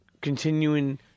continuing